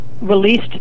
released